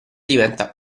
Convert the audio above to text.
diventa